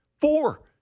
four